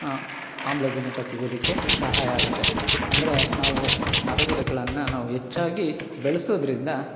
ಆಮ್ಲಜನಕ ಸಿಗೋದಕ್ಕೆ ಸಹಾಯ ಆಗುತ್ತೆ ಅಂದರೆ ನಾವು ಮರಗಿಡಗಳನ್ನು ನಾವು ಹೆಚ್ಚಾಗಿ ಬೆಳೆಸೋದರಿಂದ